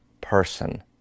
person